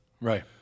Right